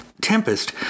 Tempest